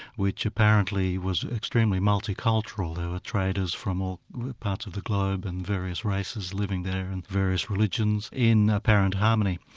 which apparently was extremely multicultural, there were traders from all parts of the globe and various races living there, and various religions in apparent harmony.